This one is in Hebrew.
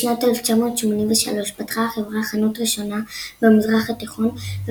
בשנת 1983 פתחה החברה חנות ראשונה במזרח התיכון,